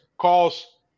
calls